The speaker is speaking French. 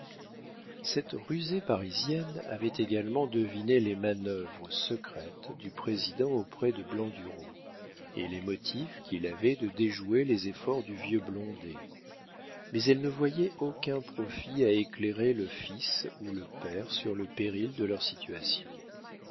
cette rusée parisienne avait également deviné les manœuvres secrètes du président auprès de blandureau et les motifs qu'il avait de déjouer les efforts du vieux blondet mais elle ne voyait aucun profit à éclairer le fils ou le père sur le péril de leur situation